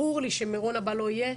ברור לי שמירון הבא לא יהיה,